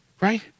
Right